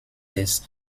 des